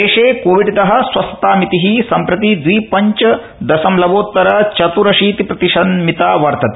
देशे कोविडतः स्वस्थतामिति सम्प्रति दवि पञ्च दशमलवोतर चत्रशीतिप्रतिशन्मिता वर्तते